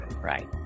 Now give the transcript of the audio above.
right